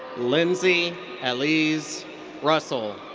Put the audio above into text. lindsey elise russell.